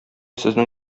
сезнең